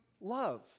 love